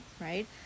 right